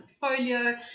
portfolio